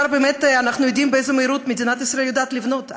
אנחנו יודעים באיזו מהירות מדינת ישראל יודעת לבנות.